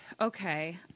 Okay